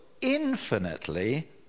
infinitely